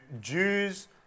Jews